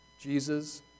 Jesus